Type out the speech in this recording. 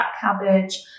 cabbage